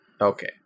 Okay